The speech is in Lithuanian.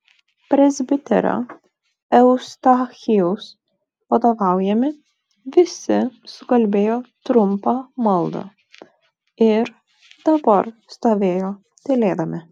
presbiterio eustachijaus vadovaujami visi sukalbėjo trumpą maldą ir dabar stovėjo tylėdami